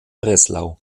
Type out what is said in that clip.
breslau